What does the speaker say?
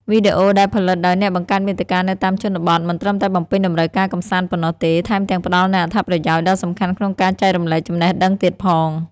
វីដេអូដែលផលិតដោយអ្នកបង្កើតមាតិកានៅតាមជនបទ មិនត្រឹមតែបំពេញតម្រូវការកម្សាន្តប៉ុណ្ណោះទេ ថែមទាំងផ្តល់នូវអត្ថប្រយោជន៍ដ៏សំខាន់ក្នុងការចែករំលែកចំណេះដឹងទៀតផង។